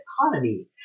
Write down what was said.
economy